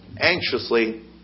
anxiously